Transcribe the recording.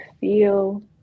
feel